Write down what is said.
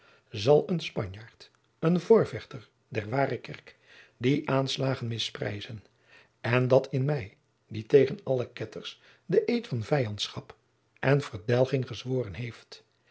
zal een spanjaard een voorvechter der ware kerk die aanslagen misprijzen en dat in mij die tegen alle ketters den eed van vijandschap en verdelging gezworen heeft